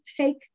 take